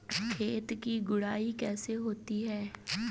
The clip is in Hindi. खेत की गुड़ाई कैसे होती हैं?